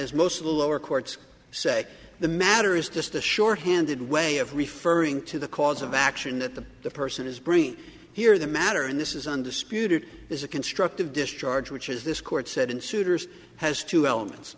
most of the lower courts say the matter is just a short handed way of referring to the cause of action that the the person is bringing here the matter and this is undisputed is a constructive discharge which is this court said in suiters has two elements